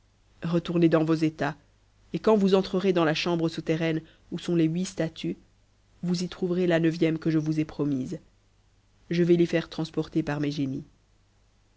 retournez dans vos états et quand vous entrerez dans la chambre souterraine où sont les huit statues vous y trouverez la neuvième que j vousai promise je vais l'y faire transporter parmesgénies m